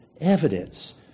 evidence